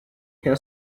can